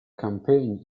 campaign